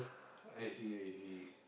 I see I see